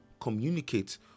communicate